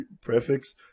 prefix